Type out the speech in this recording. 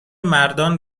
مردان